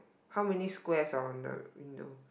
how many squares are on the window